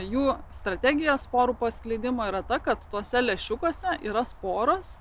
jų strategiją sporų pasklidimo yra ta kad tose lęšiukuose yra sporas